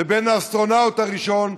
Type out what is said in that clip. ובין האסטרונאוט הראשון,